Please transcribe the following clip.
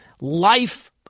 life